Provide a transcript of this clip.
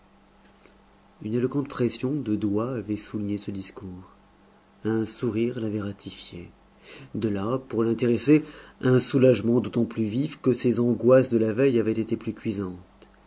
une éloquente pression de doigts avait souligné ce discours un sourire l'avait ratifié de là pour l'intéressé un soulagement d'autant plus vif que ses angoisses de la veille avaient été plus cuisantes